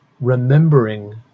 remembering